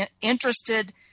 interested